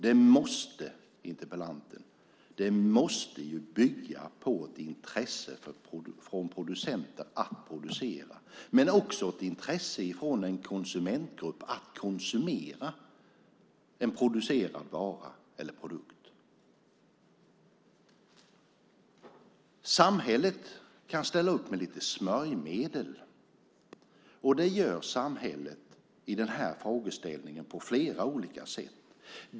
Det måste bygga på ett intresse från producenter att producera men också ett intresse från en konsumentgrupp att konsumera en producerad vara eller produkt. Samhället kan ställa upp med lite smörjmedel. Det gör samhället i den här frågan på flera olika sätt.